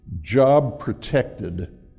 job-protected